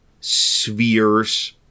spheres